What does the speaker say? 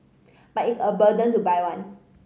but it's a burden to buy one